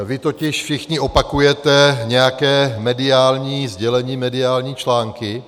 Vy totiž všichni opakujete nějaké mediální sdělení, mediální články.